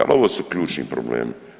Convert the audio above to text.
Ali ovo su ključni problemi.